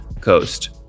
Coast